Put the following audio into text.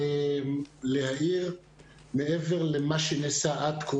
אני מבקש להעיר מעבר למה שנעשה עד כה